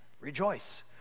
Rejoice